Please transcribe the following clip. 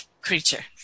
creature